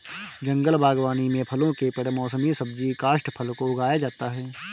जंगल बागवानी में फलों के पेड़ मौसमी सब्जी काष्ठफल को उगाया जाता है